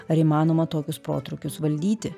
ar įmanoma tokius protrūkius valdyti